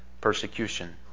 persecution